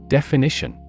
Definition